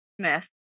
Smith